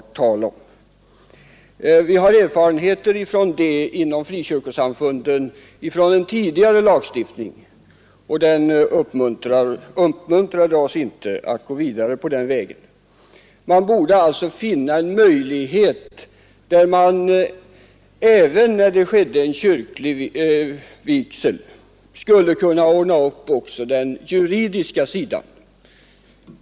Vi har inom frikyrkosamfunden erfarenheter av en sådan ordning från en tidigare lagstiftning, och den uppmuntrade oss inte att gå vidare på den vägen. Man borde alltså finna en utväg för att ordna upp också den juridiska sidan vid en kyrklig vigsel.